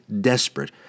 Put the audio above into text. desperate